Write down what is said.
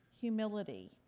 humility